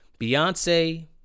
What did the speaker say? beyonce